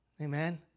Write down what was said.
Amen